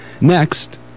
Next